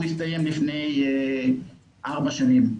הוא הסתיים לפני ארבע שנים.